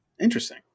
interesting